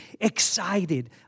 excited